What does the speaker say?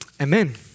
amen